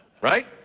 right